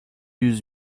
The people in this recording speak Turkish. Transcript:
yüz